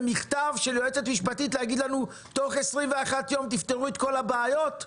במכתב של יועצת משפטית להגיד לנו "תוך 21 יום תפתרו את כל הבעיות"?